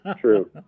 true